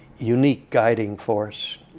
unique guiding force,